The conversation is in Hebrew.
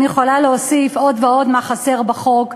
אני יכולה להוסיף עוד ועוד מה חסר בחוק.